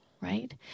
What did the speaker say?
right